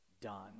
done